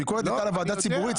הביקורת הייתה על הוועדה הציבורית.